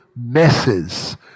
messes